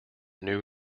new